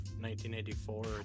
1984